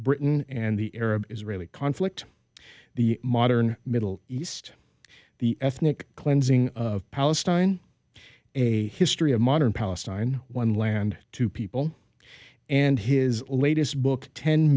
britain and the arab israeli conflict the modern middle east the ethnic cleansing of palestine a history of modern palestine one land two people and his latest book ten